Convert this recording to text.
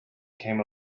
came